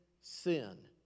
sin